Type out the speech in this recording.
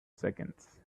seconds